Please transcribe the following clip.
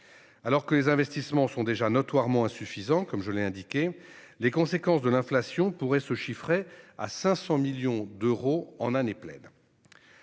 Alors que les investissements sont déjà notoirement insuffisants, comme je l'ai indiqué, les conséquences de l'inflation pourraient s'élever à 500 millions d'euros en année pleine.